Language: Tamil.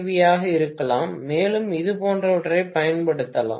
வி ஆக இருக்கலாம் மேலும் இது போன்றவற்றைப் பயன்படுத்தலாம்